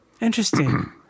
Interesting